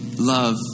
love